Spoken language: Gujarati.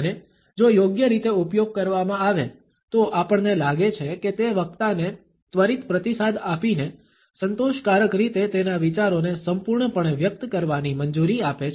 અને જો યોગ્ય રીતે ઉપયોગ કરવામાં આવે તો આપણને લાગે છે કે તે વક્તાને ત્વરિત પ્રતિસાદ આપીને સંતોષકારક રીતે તેના વિચારોને સંપૂર્ણપણે વ્યક્ત કરવાની મંજૂરી આપે છે